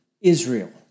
Israel